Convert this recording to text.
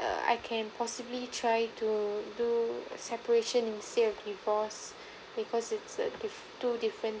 err I can possibly try to do separation instead of divorce because it's a dif~ two different